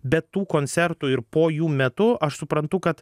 be tų koncertų ir po jų metu aš suprantu kad